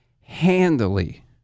handily